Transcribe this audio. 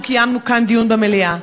אנחנו קיימנו כאן דיון במליאה,